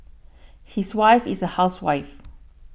his wife is a housewife